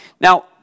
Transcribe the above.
Now